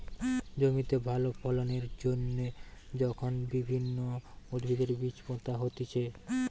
জমিতে ভালো ফলন এর জন্যে যখন বিভিন্ন উদ্ভিদের বীজ পোতা হতিছে